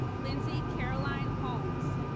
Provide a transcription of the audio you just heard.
lindsay caroline holmes.